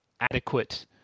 adequate